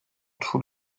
tous